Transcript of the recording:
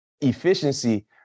efficiency